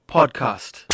Podcast